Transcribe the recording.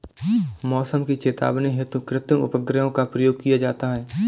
मौसम की चेतावनी हेतु कृत्रिम उपग्रहों का प्रयोग किया जाता है